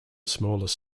smallest